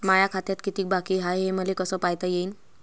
माया खात्यात कितीक बाकी हाय, हे मले कस पायता येईन?